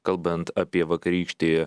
kalbant apie vakarykštį